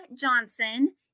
Johnson